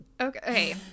Okay